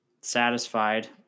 satisfied